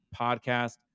podcast